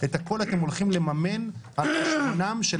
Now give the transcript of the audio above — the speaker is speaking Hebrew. את הכול אתם הולכים לממן על חשבונם של